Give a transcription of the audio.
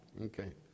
Okay